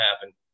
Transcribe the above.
happen